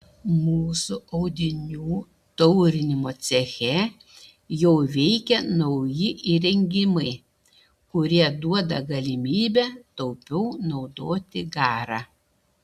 mūsų audinių taurinimo ceche jau veikia nauji įrengimai kurie duoda galimybę taupiau naudoti garą